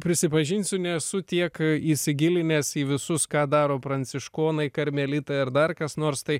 prisipažinsiu nesu tiek įsigilinęs į visus ką daro pranciškonai karmelitai ar dar kas nors tai